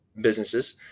businesses